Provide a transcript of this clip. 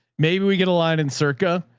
maybe we get a line in circuit.